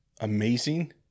amazing